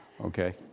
okay